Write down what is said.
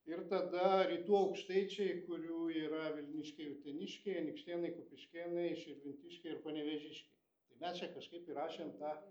ir tada rytų aukštaičiai kurių yra vilniškiai uteniškiai anykštėnai kupiškėnai širvintiškiai ir panevėžiškiai tai mes čia kažkaip įrašėm tą